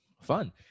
fun